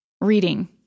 Reading